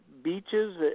beaches